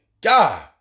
God